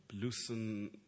loosen